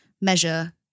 measure